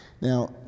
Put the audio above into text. Now